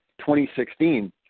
2016